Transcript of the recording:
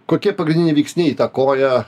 kokie pagrindiniai veiksniai įtakoja